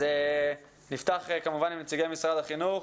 נפתח כמובן עם נציגי משרד החינוך.